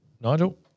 Nigel